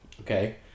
Okay